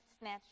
snatch